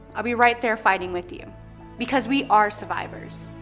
i'll be right there fighting with you because we are survivors.